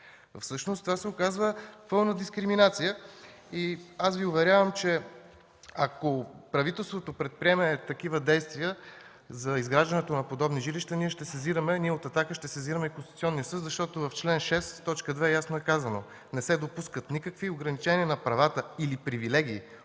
Всъщност това се оказва пълна дискриминация. Аз Ви уверявам, че ако правителството предприеме такива действия за изграждането на подобни жилища, ние от „Атака” ще сезираме Конституционния съд, защото в чл. 6, ал. 2 ясно е казано: „Не се допускат никакви ограничения на правата или привилегии,